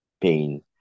Pain